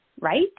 Right